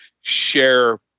share